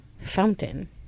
fountain